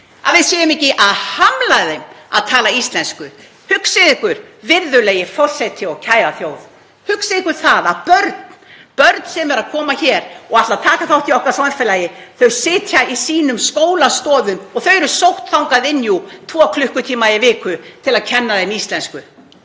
að við séum ekki að hamla þeim að tala íslensku. Hugsið ykkur, virðulegi forseti, og kæra þjóð. Hugsið ykkur að börn sem eru að koma hér og ætla að taka þátt í okkar samfélagi, þau sitja í sínum skólastofum og þau eru sótt þangað inn tvo klukkutíma í viku til að kenna þeim íslensku.